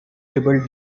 dribbled